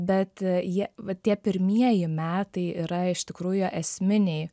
bet jie va tie pirmieji metai yra iš tikrųjų esminiai